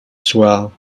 soir